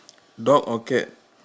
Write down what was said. dog or cat